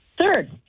Third